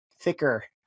thicker